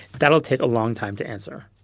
that will take a long time to answer.